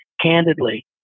candidly